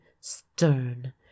stern